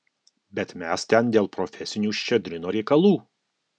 bet mes ten dėl profesinių ščedrino reikalų